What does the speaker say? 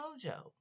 mojo